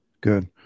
Good